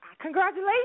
Congratulations